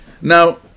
Now